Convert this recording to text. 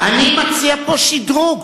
אני מציע פה שדרוג.